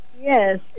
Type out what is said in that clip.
Yes